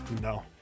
No